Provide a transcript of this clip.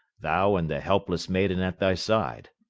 thou and the helpless maiden at thy side.